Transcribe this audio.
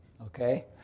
okay